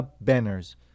Banners